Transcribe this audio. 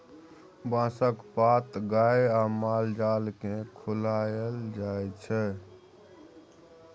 बाँसक पात गाए आ माल जाल केँ खुआएल जाइ छै